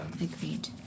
Agreed